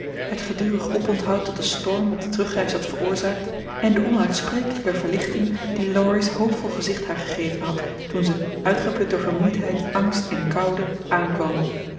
het gedurig oponthoud dat de storm op de terugreis had veroorzaakt en de onuitsprekelijke verlichting die laurie's hoopvol gezicht haar gegeven had toen ze uitgeput door vermoeidheid angst en koude aankwam